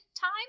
time